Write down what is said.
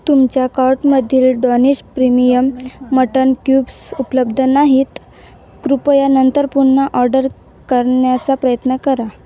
तुमच्या कार्टमधील Danish premium mutton cubes उपलब्ध नाहीत कृपया नंतर पुन्हा ऑर्डर करण्याचा प्रयत्न करा